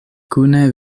kune